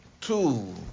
two